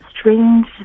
strange